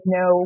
no